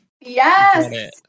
Yes